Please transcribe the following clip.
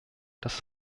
dass